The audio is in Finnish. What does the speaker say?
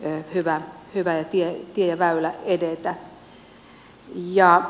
tämä on hyvä tie ja väylä edetä